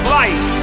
life